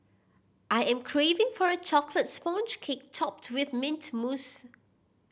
I am craving for a chocolate sponge cake topped with mint mousse